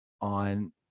on